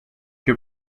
your